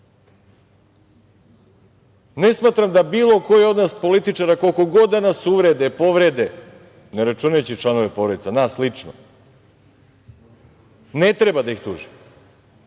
Ne smatram da bilo ko od nas političara, koliko god da nas uvrede, povrede, ne računajući članove porodica, nas lično, ne treba da ih tuže,